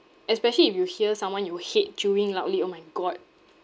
especially if you hear someone you hate chewing loudly oh my god